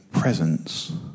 Presence